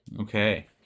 Okay